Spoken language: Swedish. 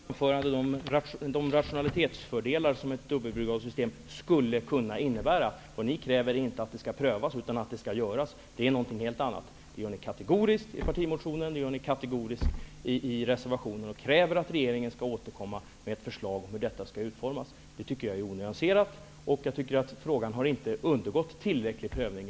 Herr talman! Jag angav i mitt huvudanförande de rationalitetsfördelar som ett dubbelbrigadssystem skulle kunna innebära. Men ni kräver inte att det skall prövas utan att det skall genomföras, och det är något helt annat. Ni gör det kategoriskt i partimotionen och ni gör det kategoriskt i reservationen. Ni kräver att regeringen skall återkomma med ett förslag om hur systemet skall utformas. Det tycker jag är onyanserat, och jag anser att frågan inte har undergått tillräcklig prövning.